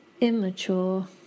immature